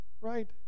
right